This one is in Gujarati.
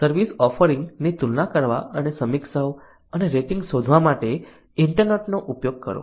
સર્વિસ ઓફરિંગની તુલના કરવા અને સમીક્ષાઓ અને રેટિંગ્સ શોધવા માટે ઇન્ટરનેટનો ઉપયોગ કરો